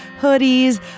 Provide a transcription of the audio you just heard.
hoodies